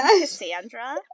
Cassandra